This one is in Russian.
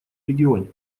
регионе